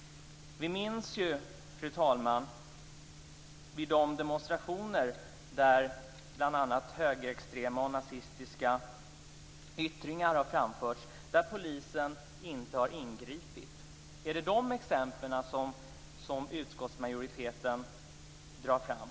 Vi minns ju, fru talman, demonstrationer där bl.a. högerextrema och nazistiska yttringar har framförts och där polisen inte har ingripit. Är det dessa exempel utskottsmajoriteten drar fram?